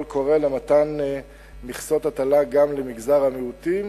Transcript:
קורא למתן מכסות הטלה גם למגזר המיעוטים,